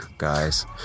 guys